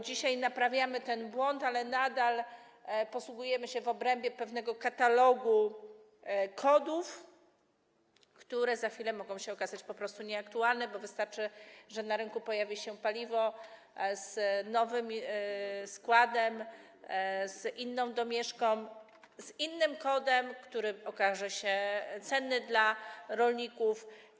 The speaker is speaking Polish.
Dzisiaj naprawiamy ten błąd, ale nadal poruszamy się w obrębie pewnego katalogu kodów, które za chwilę mogą się okazać po prostu nieaktualne, bo wystarczy, że na rynku pojawi się paliwo z nowym składem, z inną domieszką, z innym kodem, który okaże się cenny dla rolników.